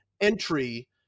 entry